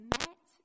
met